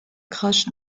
crash